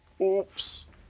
Oops